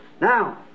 Now